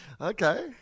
Okay